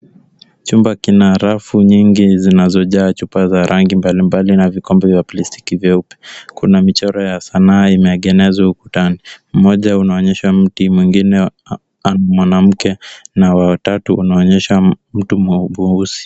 Chumba kina rafu nyingi zinazojaa chupa za rangi mbalimbali na vikombe vya plastiki vyeupe. Kuna michoro ya sanaa imeegenezwa ukutani. Mmoja unaonyesha mti, mwingine mwanamke na watatu unaonyesha mtu mweusi.